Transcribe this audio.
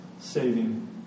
saving